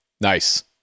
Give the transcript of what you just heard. Nice